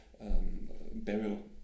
burial